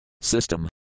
system